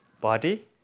body